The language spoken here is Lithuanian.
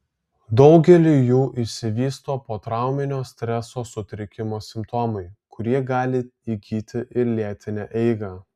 daugeliui jų išsivysto potrauminio streso sutrikimo simptomai kurie gali įgyti ir lėtinę eigą